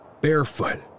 barefoot